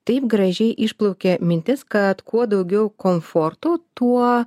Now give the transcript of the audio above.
taip gražiai išplaukė mintis kad kuo daugiau komfortų tuo